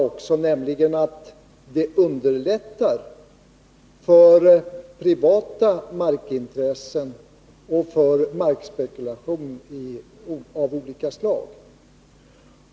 De gör det lättare för privata markintressen och underlättar markspekulation av olika slag.